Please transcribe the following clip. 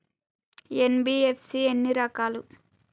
NBFC ఎన్ని రకాలు?